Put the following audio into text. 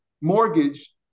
mortgaged